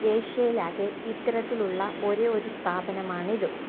ഏഷ്യയിലാകെ ഇത്തരത്തിൽ ഉള്ള ഒരേയൊരു സ്ഥാപനമാണിത്